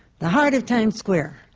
the heart of times square,